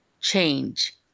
change